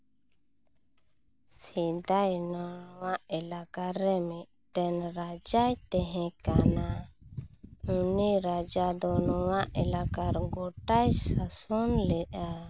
ᱥᱮᱫᱟᱭ ᱱᱚᱣᱟ ᱮᱞᱟᱠᱟ ᱨᱮ ᱢᱤᱫᱴᱮᱱ ᱨᱟᱡᱟᱭ ᱛᱟᱦᱮᱸᱠᱟᱱᱟ ᱩᱱᱤ ᱨᱟᱡᱟ ᱫᱚ ᱱᱚᱣᱟ ᱮᱞᱟᱠᱟ ᱜᱚᱴᱟᱭ ᱥᱟᱥᱚᱱ ᱞᱮᱫᱼᱟ